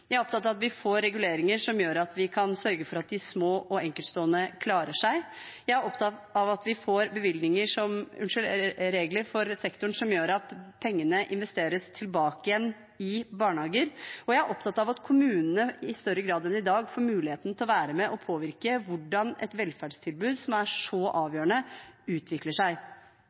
jeg er opptatt av at vi får reguleringer som gjør at vi kan sørge for at de små og enkeltstående klarer seg. Jeg er opptatt av at vi får regler for sektoren som gjør at pengene investeres tilbake igjen i barnehager, og jeg er opptatt av at kommunene i større grad enn i dag får muligheten til å være med og påvirke hvordan et velferdstilbud som er så avgjørende, utvikler seg.